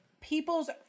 people's